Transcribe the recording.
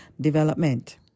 development